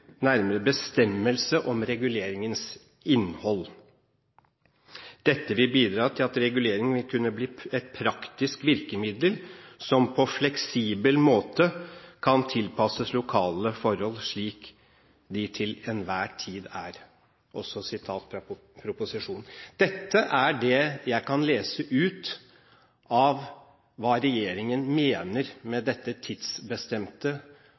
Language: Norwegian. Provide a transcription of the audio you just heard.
nærmere bestemmelse om reguleringens innhold». Og jeg siterer fra proposisjonen: «Dette vil bidra til at reguleringen vil kunne bli et praktisk virkemiddel som på fleksibel måte kan tilpasses lokale forhold, slik de til enhver tid er.» Dette er det jeg kan lese ut av hva regjeringen mener med dette tidsbestemte